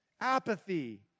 apathy